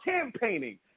campaigning